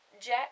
Jack